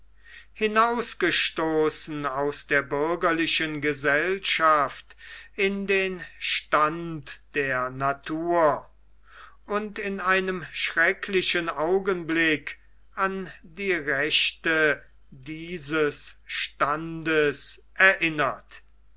hinausgestoßen aus der bürgerlichen gesellschaft in den stand der natur und in einem schrecklichen augenblick an die rechte dieses standes erinnert